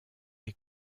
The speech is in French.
est